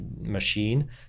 machine